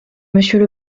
monsieur